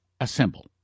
assemble